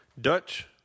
Dutch